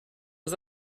aux